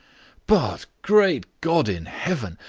but, great god in heaven!